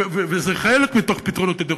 וזה חלק מתוך פתרונות הדיור.